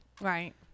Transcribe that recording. right